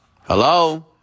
Hello